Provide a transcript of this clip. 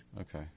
Okay